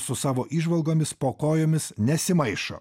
su savo įžvalgomis po kojomis nesimaišo